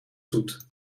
zoet